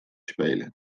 spelen